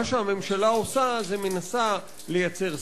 מה שהממשלה עושה זה לייצר ספינים,